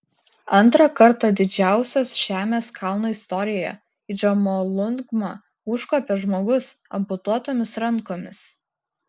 antrą kartą didžiausios žemės kalno istorijoje į džomolungmą užkopė žmogus amputuotomis rankomis